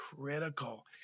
critical